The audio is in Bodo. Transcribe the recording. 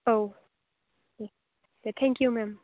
औ अ थेंक इउ मेम